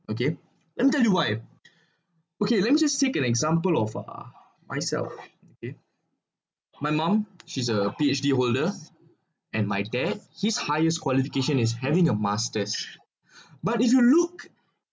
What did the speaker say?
okay let me tell you why okay let me just seek an example of uh myself okay my mom she's a P_H_D holder and my dad his highest qualification is having a masters but if you look